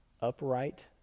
upright